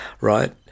right